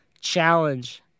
challenge